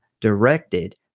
directed